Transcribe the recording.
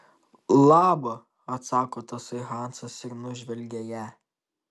laba atsako tasai hansas ir nužvelgia ją